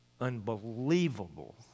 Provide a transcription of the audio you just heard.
unbelievable